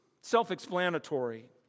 self-explanatory